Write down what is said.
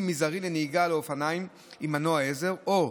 מזערי לנהיגה על אופניים עם מנוע עזר או גלגינוע,